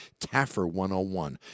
TAFFER101